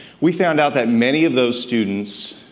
we found out that many of those students